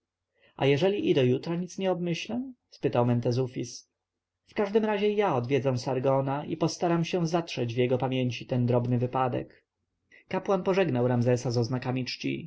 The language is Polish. a jeżeli i do jutra nic nie obmyślę pytał mentezufis w każdym razie ja odwiedzę sargona i postaram się zatrzeć w jego pamięci ten drobny wypadek kapłan pożegnał ramzesa z oznakami czci